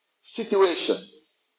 situations